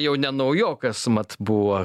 jau ne naujokas mat buvo